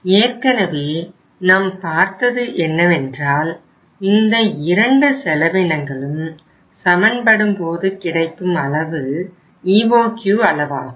ஏற்கனவே நாம் பார்த்தது என்னவென்றால் இந்த இரண்டு செலவினங்களும் சமன் படும்போது கிடைக்கும் அளவு EOQ அளவாகும்